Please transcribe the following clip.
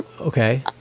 okay